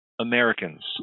Americans